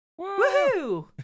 Woohoo